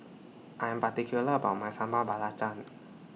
I Am particular about My Sambal Belacan